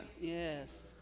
Yes